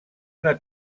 una